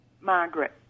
Margaret